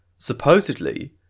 Supposedly